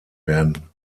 werden